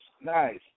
Nice